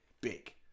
big